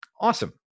Awesome